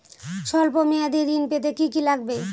সল্প মেয়াদী ঋণ পেতে কি কি লাগবে?